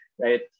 right